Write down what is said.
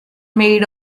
made